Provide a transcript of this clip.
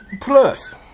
plus